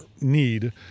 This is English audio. need